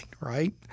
right